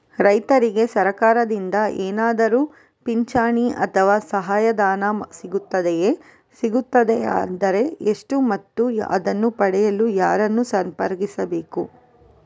ರೈತರಿಗೆ ಸರಕಾರದಿಂದ ಏನಾದರೂ ಪಿಂಚಣಿ ಅಥವಾ ಸಹಾಯಧನ ಸಿಗುತ್ತದೆಯೇ, ಸಿಗುತ್ತದೆಯಾದರೆ ಎಷ್ಟು ಮತ್ತು ಅದನ್ನು ಪಡೆಯಲು ಯಾರನ್ನು ಸಂಪರ್ಕಿಸಬೇಕು?